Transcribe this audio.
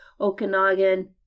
Okanagan